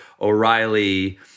O'Reilly